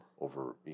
Over